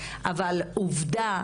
אבל עובדה,